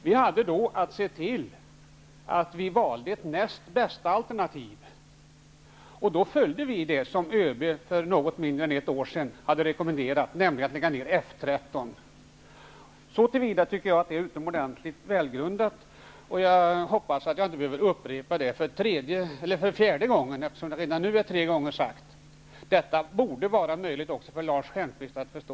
Vi hade då att välja ett näst bästa alternativ, och vi valde det som ÖB för något mindre än ett år sedan hade rekommenderat, nämligen att lägga ned F 13. Så till vida tycker jag att detta förslag är utomordentligt välgrundat, och jag hoppas att jag inte behöver upprepa det en fjärde gång. Det borde vara möjligt också för Lars Stjernkvist att förstå.